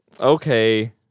okay